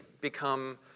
become